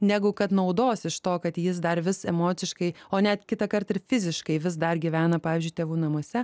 negu kad naudos iš to kad jis dar vis emociškai o net kitąkart ir fiziškai vis dar gyvena pavyzdžiui tėvų namuose